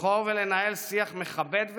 לבחור ולנהל שיח מכבד ונאות,